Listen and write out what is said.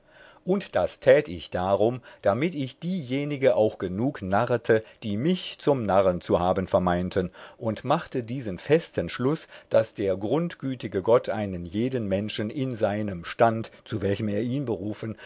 und das tät ich darum damit ich diejenige auch genug narrete die mich zum narren zu haben vermeinten und machte diesen festen schluß daß der grundgütige gott einem jeden menschen in seinem stand zu welchem er ihn berufen